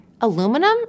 Aluminum